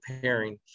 pairing